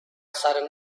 sudden